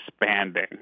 expanding